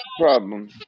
problem